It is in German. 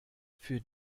für